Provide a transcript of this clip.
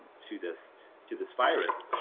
to this to this virus.